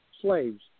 slaves